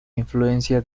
influencia